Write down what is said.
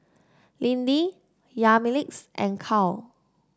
Lindy Yamilex and Karl